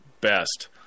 best